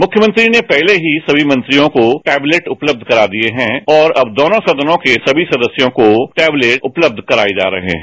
मुख्यमंत्री ने पहले ही सभी मंत्रियों को टैबलेट उपलब्ध करा चुके हैं और अब दोनों सदनों के सभी सदस्यों को टैबलेट उपलब्ध कराए जा रहे हैं